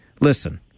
listen